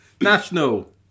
National